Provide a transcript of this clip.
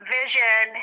vision